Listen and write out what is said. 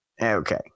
Okay